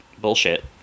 bullshit